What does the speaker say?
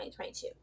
2022